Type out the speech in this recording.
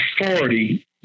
authority